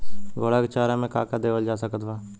घोड़ा के चारा मे का देवल जा सकत बा?